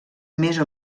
més